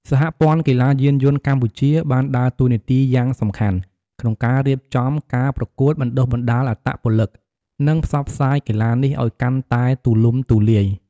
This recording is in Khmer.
សហព័ន្ធកីឡាយានយន្តកម្ពុជា បានដើរតួនាទីយ៉ាងសំខាន់ក្នុងការរៀបចំការប្រកួត បណ្តុះបណ្តាលអត្តពលិក និងផ្សព្វផ្សាយកីឡានេះឲ្យកាន់តែទូលំទូលាយ។